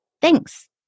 thanks